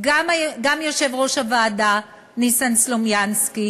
גם יושב-ראש הוועדה ניסן סלומינסקי